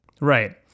Right